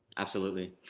absolutely.